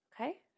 Okay